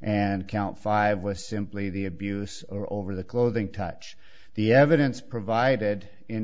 and count five was simply the abuse or over the clothing touch the evidence provided in